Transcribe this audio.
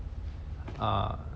err